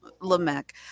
Lamech